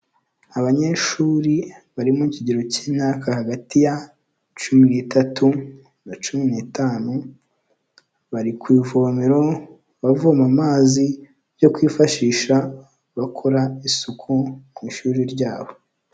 Abanyeshuri bari mu kigero k'imyaka hagati ya cumi n'itatu na cumi n'itanu, bari ku ivomero bavoma amazi yo kwifashisha abakora isuku mu ishuri ryabo.